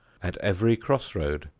at every crossroad,